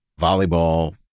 volleyball